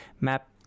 MAP